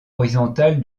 horizontale